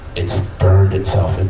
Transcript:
it's burned itself and